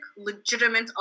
legitimate